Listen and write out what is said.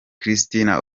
christina